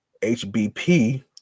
HBP